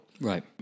Right